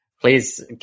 Please